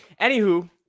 anywho